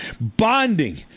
bonding